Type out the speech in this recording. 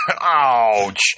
Ouch